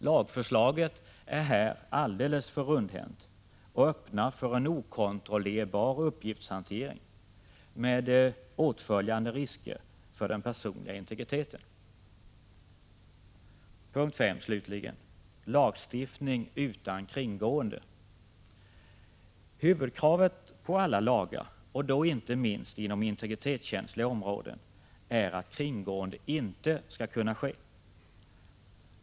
Lagförslaget är här alldeles för rundhänt och öppnar för en okontrollerbar uppgiftshantering, med åtföljande risker för den personliga integriteten. Huvudkravet på alla lagar, inte minst inom integritetskänsliga områden, är 2juni 1986 att kringgående inte skall kunna ske.